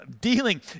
dealing